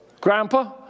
grandpa